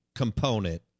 Component